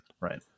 Right